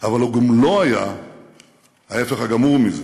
אבל הוא גם לא היה ההפך הגמור מזה.